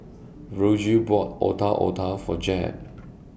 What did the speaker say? Virgil bought Otak Otak For Jeb